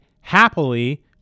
happily